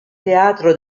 teatro